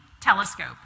telescope